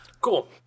Cool